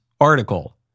article